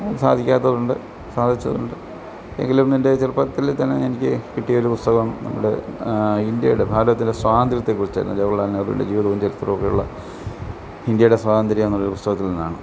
സാധിക്കാത്തതുണ്ട് സാധിച്ചതുണ്ട് എങ്കിലും എന്റെ ചെറുപ്പത്തിൽ തന്നെ എനിക്ക് കിട്ടിയൊരു പുസ്തകം നമ്മുടെ ഇന്ത്യയുടെ ഭാരതത്തിലെ സ്വാതന്ത്രത്തെക്കുറിച്ചായിരുന്നു ജവഹർലാൽ നെഹറുവിന്റെ ജീവിതവും ചരിത്രമൊക്കെയുള്ള ഇന്ത്യയുടെ സ്വാതന്ത്രം എന്ന പുസ്തകത്തിൽ നിന്നാണ്